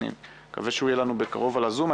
אני מקווה שהוא יהיה לנו בקרוב על הזום.